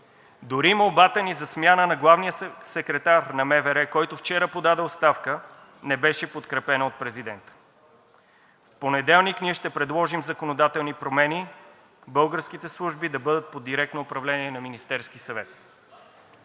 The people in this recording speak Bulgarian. Дори молбата ни за смяна на главния секретар на МВР, който вчера подаде оставка, не беше подкрепена от президента. В понеделник ние ще предложим законодателни промени българските служби да бъдат под директно управление на Министерския съвет.